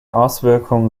auswirkungen